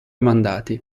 mandati